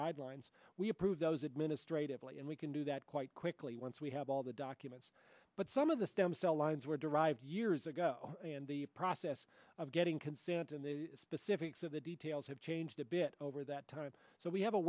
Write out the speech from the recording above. guidelines we approve those administratively and we can do that quite quickly once we have all the documents but some of the stem cell lines were derived years ago and the process of getting consent and the specifics of the details have changed a bit over that time so we have a